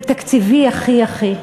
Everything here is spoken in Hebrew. זה תקציבי הכי אחי,